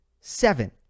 seven